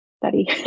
study